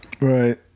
Right